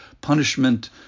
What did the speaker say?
punishment